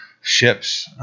ships